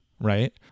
right